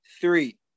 three